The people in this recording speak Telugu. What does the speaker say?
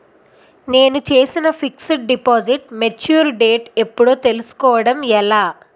నేను చేసిన ఫిక్సడ్ డిపాజిట్ మెచ్యూర్ డేట్ ఎప్పుడో తెల్సుకోవడం ఎలా?